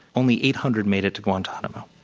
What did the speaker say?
only eight hundred made it to guantanamo.